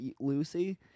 Lucy